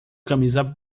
camisa